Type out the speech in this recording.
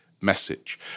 message